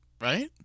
Right